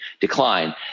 decline